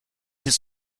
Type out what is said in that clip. his